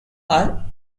are